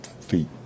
feet